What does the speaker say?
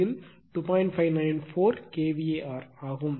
594 kVAr ஆகும்